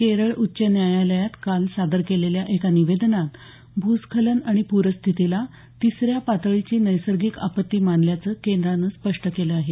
केरळ उच्च न्यायालयात काल सादर केलेल्या एका निवेदनात भूस्खलन आणि पूरस्थितीला तिसऱ्या पातळीची नैसर्गिक आपत्ती मानल्याचं केंद्रानं स्पष्ट केलं आहे